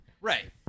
right